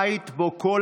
בית שבו כל